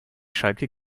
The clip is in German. schalke